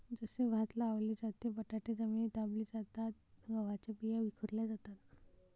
जसे भात लावले जाते, बटाटे जमिनीत दाबले जातात, गव्हाच्या बिया विखुरल्या जातात